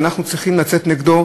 ואנחנו צריכים לצאת נגדו.